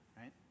right